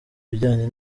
bijyanye